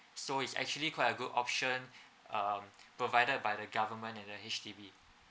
so it's actually quite a good option um provided by the government and the H_D_B